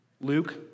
Luke